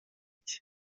iki